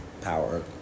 power